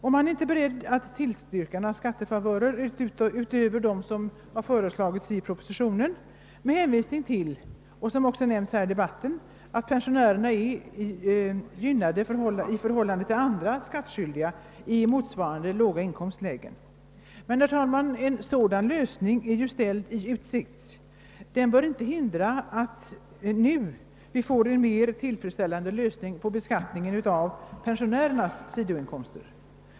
Utskottet är inte berett att tillstyrka några skattefavörer utöver dem som föreslagits i propositionen med hänvisning till, vilket också nämnts här i debatten, att pensionärerna är gynnade i förhållande till andra skattskyldiga i motsvarande låga inkomstlägen. Men, herr talman, en sådan lösning är ju ställd i utsikt. Den bör inte hindra att vi nu får en mera tillfredsställande lösning på problemet om beskattningen av pensionärernas sidoinkomster.